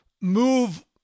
move